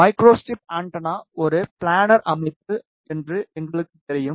micro strip antenna ஒரு planar அமைப்பு என்று எங்களுக்குத் தெரியும்